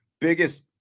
biggest